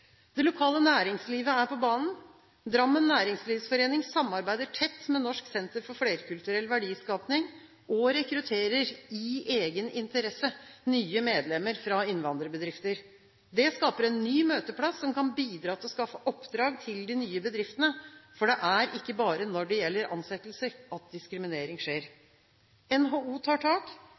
Det lokale næringslivet er på banen. Drammen Næringslivsforening samarbeider tett med Norsk senter for flerkulturell verdiskaping og rekrutterer, i egen interesse, nye medlemmer fra innvandrerbedrifter. Det skaper en ny møteplass som kan bidra til å skaffe oppdrag til de nye bedriftene. For det er ikke bare når det gjelder ansettelser, at diskriminering skjer. NHO tar tak.